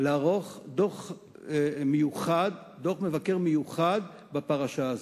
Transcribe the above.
לערוך דוח מיוחד, דוח מבקר מיוחד בפרשה הזאת.